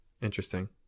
interesting